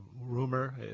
rumor